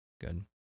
good